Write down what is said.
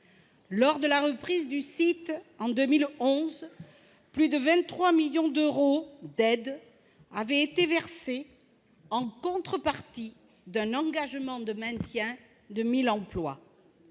Lors de la reprise du site en 2011, plus de 23 millions d'euros d'aides avaient été versés en contrepartie de l'engagement de maintenir 1 000 emplois.